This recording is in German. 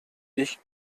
ich